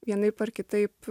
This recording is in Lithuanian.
vienaip ar kitaip